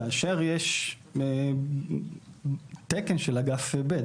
כאשר יש תקן של אגף ב',